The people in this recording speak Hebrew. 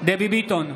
דבי ביטון,